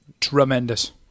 Tremendous